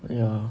ya